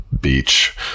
beach